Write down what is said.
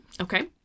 Okay